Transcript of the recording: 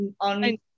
on